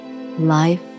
life